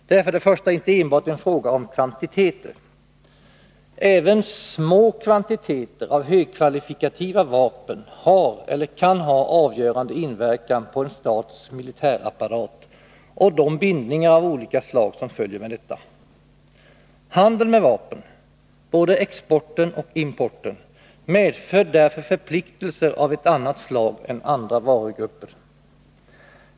Det är till att börja med inte enbart en fråga om kvantiteter. Även små kvantiteter av högkvalitativa vapen har eller kan ha avgörande inverkan på en stats militärapparat och de bindningar av olika slag som följer med detta. Handeln med vapen, både exporten och importen, medför därför förpliktelser av ett slag som inte gäller för andra varugrupper.